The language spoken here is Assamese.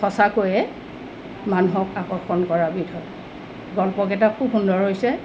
সঁচাকৈয়ে মানুহক আকৰ্ষণ কৰা বিধৰ গল্পকেইটা খুব সুন্দৰ হৈছে